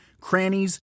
crannies